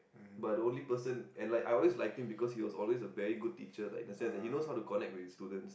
but the only person and like I always lighting because he was always a very good teacher in the sense that he know how to connect with students